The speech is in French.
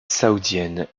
saoudienne